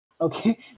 Okay